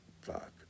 Fuck